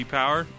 power